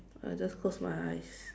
I just close my eyes